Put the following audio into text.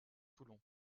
toulon